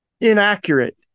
inaccurate